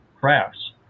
crafts